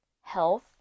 health